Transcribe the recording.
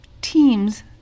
teams